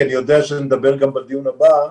כי אני יודע שנדבר גם בדיון הבא,